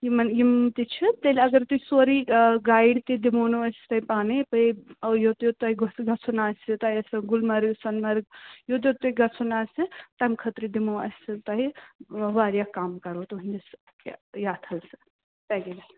یمن یم تہِ چھِ تیٛلہِ اگر تُہۍ سورُے گایِڈ تہِ دِمہونو أسۍ تۄہہِ پانے بیٚیہِ اَوٕ یوٚت یوٚت تۄہہِ گژھُو گژھُن آسوٕ تۄہہِ آسٮ۪و گلمرگ سۅنہٕ مرگ یوٚت یوٚت تۄہہِ گژھُن آسہِ تَمہِ خٲطرٕ دِمو أسۍ تۄہہِ واریاہ کم کرو تُہٕنٛدِس یتھ حَظ پیکیجس منٛز